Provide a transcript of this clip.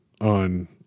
on